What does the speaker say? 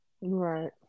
Right